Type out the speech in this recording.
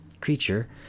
creature